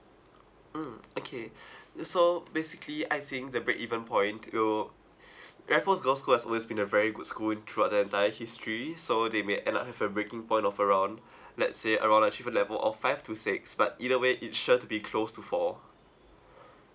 mm okay so basically I think the break even point will raffles girls school has always been a very good school throughout the entire history so they may end up have a breaking point of around let's say around achievement level of five to six but either way it's sure to be close to four